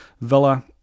Villa